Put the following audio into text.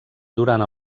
durant